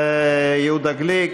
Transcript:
יהודה גליק,